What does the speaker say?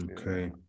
Okay